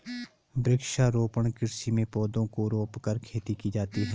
वृक्षारोपण कृषि में पौधों को रोंपकर खेती की जाती है